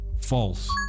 False